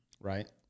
right